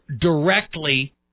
directly